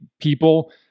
People